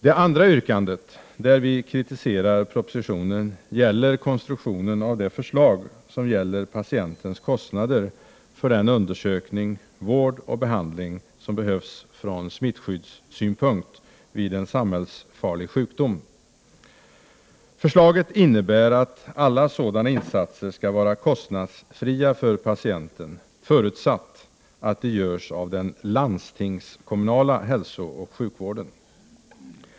Det andra yrkandet där vi kritiserar propositionen gäller konstruktionen av förslaget om patientens kostnader för den undersökning, vård och behandling som behövs från smittskyddssynpunkt vid en samhällsfarlig sjukdom. Förslaget innebär att alla sådana insatser skall vara kostnadsfria för patienten förutsatt att de görs av den landstingskommunala hälsooch sjukvården.